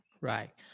right